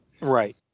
right